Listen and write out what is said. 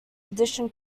addition